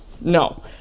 No